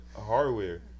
hardware